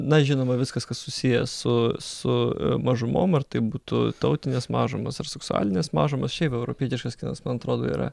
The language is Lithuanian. na žinoma viskas kas susiję su su mažumom ar tai būtų tautinės mažumos ar seksualinės mažumos šiaip europietiškas kinas man atrodo yra